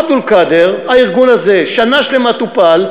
עבד אל-קאדר, הארגון הזה שנה שלמה טופל.